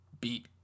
beat